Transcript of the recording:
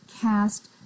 cast